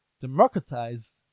democratized